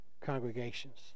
congregations